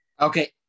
Okay